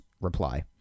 reply